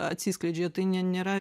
atsiskleidžia tai ne nėra